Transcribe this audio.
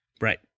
Right